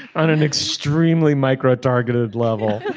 an an extremely micro targeted level